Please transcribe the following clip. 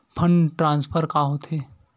Fund transfer का होथे?